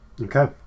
Okay